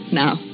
now